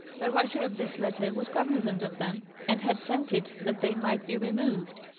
the writer of this letter was cognizant of them, and had sent it that they might be removed.